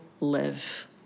live